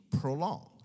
prolonged